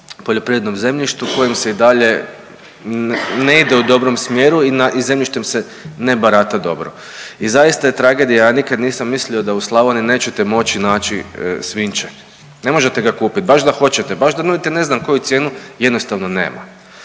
poljoprivrednom zemljištu kojim se i dalje ne ide u dobrom smjeru i zemljištem se ne barata dobro. I zaista je tragedija, ja nikad nisam mislio da u Slavoniji nećete moći naći svinjče, ne možete ga kupit baš da hoćete, baš da nudite ne znam koju cijenu jednostavno nema.